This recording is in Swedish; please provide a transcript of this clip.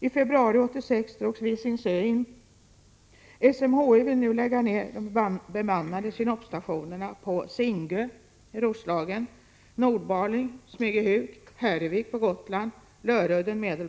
I februari 1986 drogs Visingsö in.